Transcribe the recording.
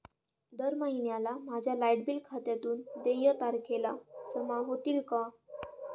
दर महिन्याला माझ्या लाइट बिल खात्यातून देय तारखेला जमा होतील का?